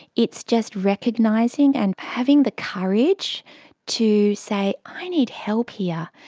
it's just recognising and having the courage to say i need help here,